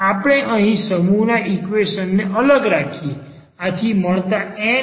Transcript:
આપણે અહીં સમૂહના ઈક્વેશન ને અલગ રાખીએ છે